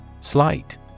Slight